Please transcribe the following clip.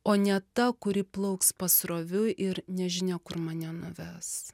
o ne ta kuri plauks pasroviui ir nežinia kur mane nuves